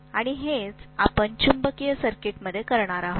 आणि हेच आम्ही चुंबकीय सर्किट्समध्ये करणार आहोत